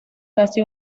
casi